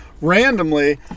randomly